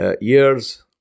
years